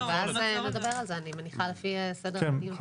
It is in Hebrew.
ואז נדבר על זה, אני מניחה לפי סדר הדיון.